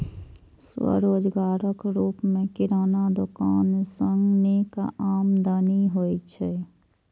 स्वरोजगारक रूप मे किराना दोकान सं नीक आमदनी होइ छै